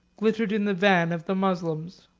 glittered in the van of the moslems.